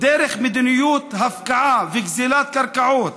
דרך מדיניות הפקעה וגזלת קרקעות,